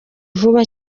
vuba